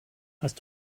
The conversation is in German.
hast